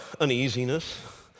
uneasiness